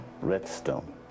redstone